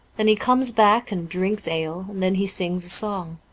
then he comes back and drinks ale, and then he sings a song.